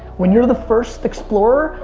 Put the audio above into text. when you're the first explorer,